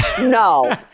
No